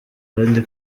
abandi